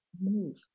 move